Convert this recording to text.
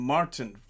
Martin